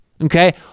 Okay